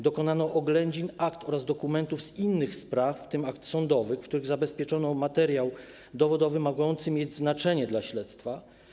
Dokonano oględzin akt oraz dokumentów z innych spraw, w tym akt sądowych, w których zabezpieczono materiał dowodowy mogący mieć znaczenie dla śledztwa.